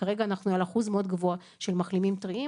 כרגע אנחנו על אחוז מאוד גבוה של מחלימים טריים.